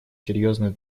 серьезную